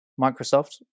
Microsoft